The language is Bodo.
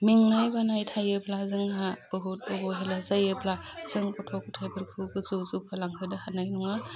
मेंनाय बानाय थायोब्ला जोंहा बहुत अबहेला जायोबा जों गथ' गथाइफोरखौ गोजौ जौगालांहोनो हानाय नङा